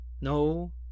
No